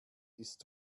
ist